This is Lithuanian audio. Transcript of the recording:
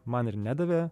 man ir nedavė